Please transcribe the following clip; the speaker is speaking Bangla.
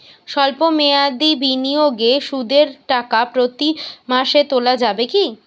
সল্প মেয়াদি বিনিয়োগে সুদের টাকা প্রতি মাসে তোলা যাবে কি?